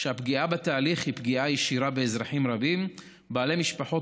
שהפגיעה בתהליך היא פגיעה ישירה באזרחים רבים בעלי משפחות